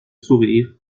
sourire